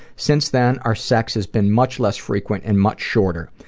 since then, our sex has been much less frequent and much shorter.